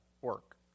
work